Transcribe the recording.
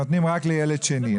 שנותנים רק לילד שני.